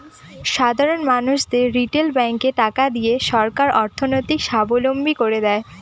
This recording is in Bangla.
সাধারন মানুষদেরকে রিটেল ব্যাঙ্কে টাকা দিয়ে সরকার অর্থনৈতিক সাবলম্বী করে দেয়